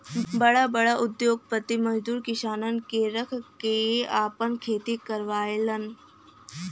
बड़ा बड़ा उद्योगपति मजदूर किसानन क रख के आपन खेती करावलन